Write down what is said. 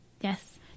Yes